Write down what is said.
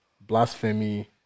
blasphemy